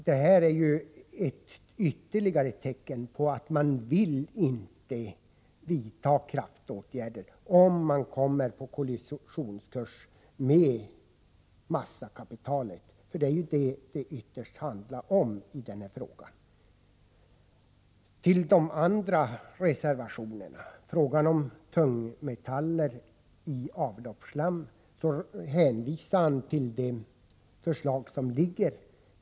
Detta är ytterligare ett tecken på att man inte vill vidta kraftåtgärder, om man kommer på kollisionskurs med massakapitalet. Det är detta det ytterst handlar om i denna fråga. När det gäller frågan om tungmetaller i avloppsslammet hänvisade Ove Karlsson till det föreliggande förslaget.